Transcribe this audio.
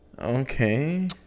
Okay